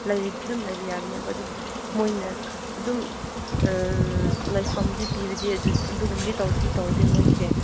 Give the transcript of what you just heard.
ꯂꯩꯔꯗꯤ ꯑꯗꯨꯝ ꯂꯩꯕ ꯌꯥꯕꯅꯦ ꯑꯗꯨꯕꯨ ꯃꯣꯏꯅ ꯑꯗꯨꯝ ꯂꯩꯐꯝꯗꯤ ꯄꯤꯕꯗꯤ ꯑꯗꯨꯒꯨꯝꯕꯗꯤ ꯇꯧꯗꯤ ꯇꯧꯗꯦ ꯃꯣꯏꯁꯦ